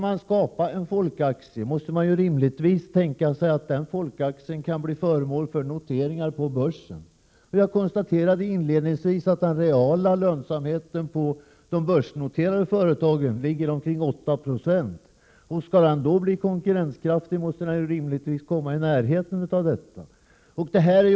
Man måste rimligtvis tänka sig att en folkaktie skall bli föremål för noteringar på börsen. Som jag inledningsvis konstaterade ligger den reala lönsamheten på de börsnoterade företagen på omkring 8 90. För att bli konkurrenskraftig måste den rimligtvis komma i närheten av detta avkastningskrav.